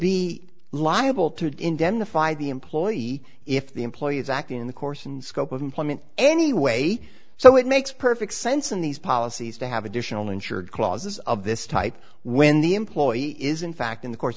be liable to indemnify the employee if the employee is acting in the course and scope of employment anyway so it makes perfect sense in these policies to have additional insured clauses of this type when the employee is in fact in the course